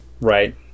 right